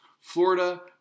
Florida